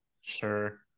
Sure